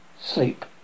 sleep